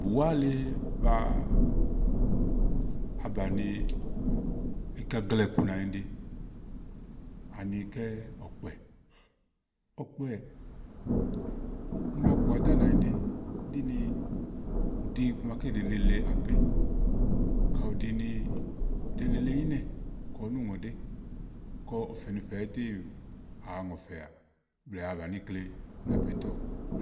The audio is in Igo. Bùwà le bùa abàni igagla ìku nànyiɖe ani kɛ ɔ̀kpɛ̀. Ɔ̀kpɛ̀ u na bù àdà nànyiɖe ɖíni ù ɖi iku maké nelele àfé. Kàyi ù ɖini ù ɖini ù ɖèe lele ínɛ̀ kɔ nú ŋò ɖèe kɔ ɔ̀ fɛ̀nifɛ̀ tè wàa ŋɔ̀fɛ̀à blɛ̀ɛ wa bàni íkle